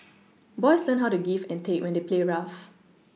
boys learn how to give and take when they play rough